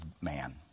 man